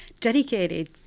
dedicated